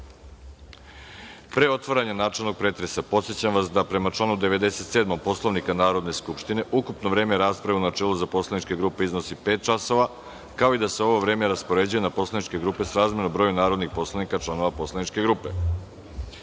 otvaranja načelnog pretresa, podsećam vas da, prema članu 97. Poslovnika Narodne skupštine, ukupno vreme rasprave u načelu za poslaničke grupe iznosi pet časova, kao i da se ovo vreme raspoređuje na poslaničke grupe srazmerno broju narodnih poslanika članova poslaničke grupe. Molim